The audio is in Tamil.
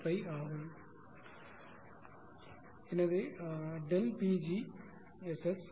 0235 ஆகும் எனவே term〖P g〗SS 0